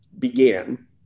Began